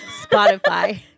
Spotify